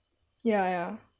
ya ya